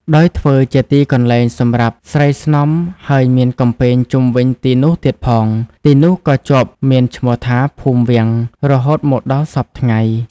ដោយធ្វើជាទីកន្លែងសម្រាប់ស្រីស្នំហើយមានកំពែងជុំវិញទីនោះទៀតផង ទីនោះក៏ជាប់មានឈ្មោះថា ភូមិវាំង រហូតមកដល់សព្វថ្ងៃ ។